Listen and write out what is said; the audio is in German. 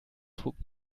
trug